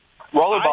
Rollerball